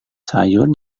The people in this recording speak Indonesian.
sayur